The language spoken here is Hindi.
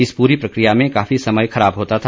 इस पूरी प्रक्रिया में काफी समय खराब होता था